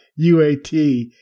UAT